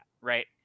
Right